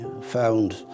found